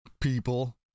people